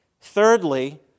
Thirdly